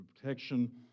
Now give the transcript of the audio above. protection